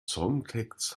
songtext